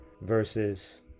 versus